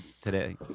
today